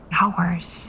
hours